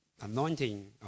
anointing